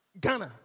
Ghana